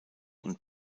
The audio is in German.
und